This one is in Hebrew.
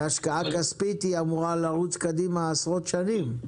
והשקעה כספית אמורה לרוץ קדימה עשרות שנים.